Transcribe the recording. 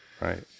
Right